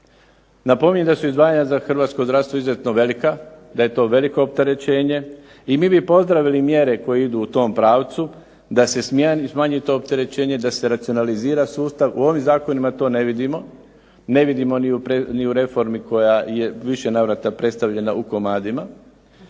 Napominjem da su izdvajanja za hrvatsko zdravstvo izuzetno velika, da je to veliko opterećenje i mi bi pozdravili mjere koje idu u tom pravcu da se smanji to opterećenje, da se racionalizira sustav. U ovim zakonima to ne vidimo, ne vidimo ni u reformi koja je u više navrata predstavljena u komadima.